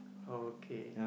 okay